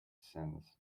sins